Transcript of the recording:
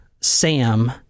Sam